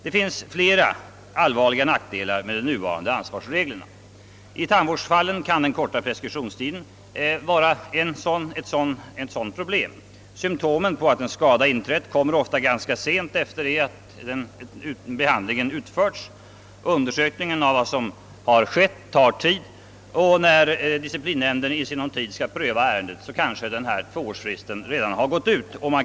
Det finns flera allvarliga nackdelar med de nuvarande ansvarsreglerna. I tandvårdsfallen kan den korta pPreskriptionstiden vara ett problem. Symtomen på att en skada inträtt kommer ofta ganska sent efter den utförda behandlingen. Undersökningen av vad som inträffat tar tid. Och när disciplinnämnden i sinom tid skall pröva ärendet har kanske tvåårsfristen gått ut.